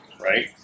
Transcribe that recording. right